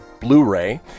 Blu-ray